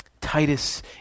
Titus